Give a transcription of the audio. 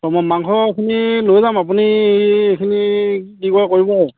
মই মাংসখিনি লৈ যাম আপুনি এইখিনি কি কৰে কৰিব আৰু